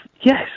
Yes